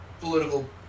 political